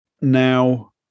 now